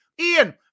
Ian